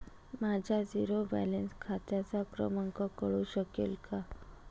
माझ्या zero balance खात्याचा क्रमांक कळू शकेल का?